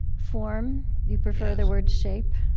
form. you prefer the word shape.